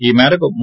ఈ మేరకు రూ